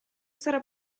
sarà